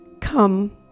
Come